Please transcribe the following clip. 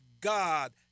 God